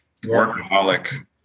workaholic